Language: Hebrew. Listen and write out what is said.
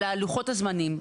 לוחות הזמנים.